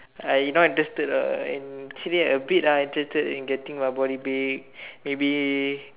I not interested lah and actually I a bit I interested in getting my body big like maybe